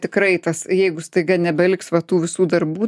tikrai tas jeigu staiga nebeliks va tų visų darbų